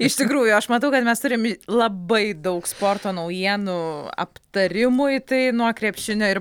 iš tikrųjų aš matau kad mes turim labai daug sporto naujienų aptarimui tai nuo krepšinio ir